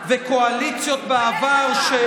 -- וקואליציות בעבר -- תתבייש לך.